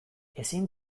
ezin